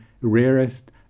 rarest